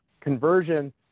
conversion